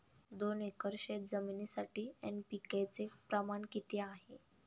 दोन एकर शेतजमिनीसाठी एन.पी.के चे प्रमाण किती आहे?